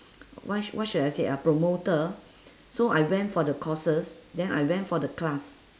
what sh~ what should I say ah promoter so I went for the courses then I went for the class